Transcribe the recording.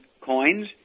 coins